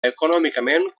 econòmicament